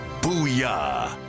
Booyah